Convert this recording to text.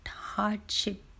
hardship